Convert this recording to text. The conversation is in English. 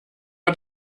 got